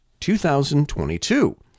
2022